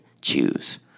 choose